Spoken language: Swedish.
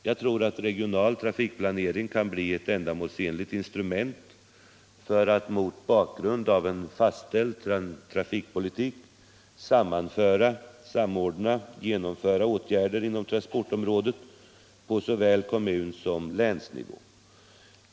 Jag tror att regional trafikplanering kan bli ett ändamålsenligt instrument för att mot bakgrund av en fastställd trafikpolitik sariordna och genomföra åtgärder inom transportområdet på såväl kommun som länsnivå.